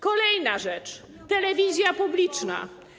Kolejna rzecz - telewizja publiczna.